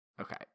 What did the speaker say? Okay